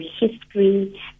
history